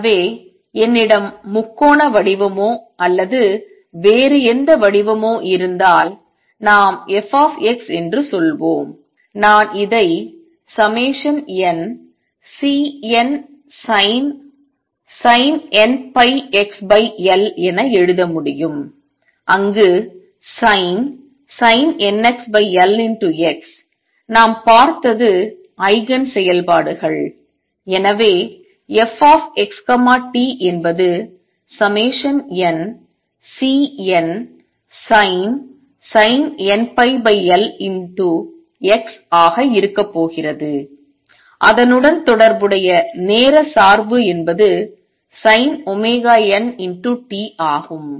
எனவே என்னிடம் முக்கோண வடிவமோ அல்லது வேறு எந்த வடிவமோ இருந்தால் நாம் f என்று சொல்வோம் நான் இதை nCnsin nπLx என எழுத முடியும் அங்கு sin nπLx நாம் பார்த்தது ஐகன் செயல்பாடுகள் எனவே f xt என்பது nCnsin nπLx ஆக இருக்கப் போகிறது அதனுடன் தொடர்புடைய நேர சார்பு என்பது sinnt ஆகும்